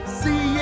see